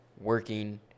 working